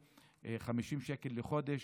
50 שקלים לחודש,